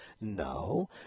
No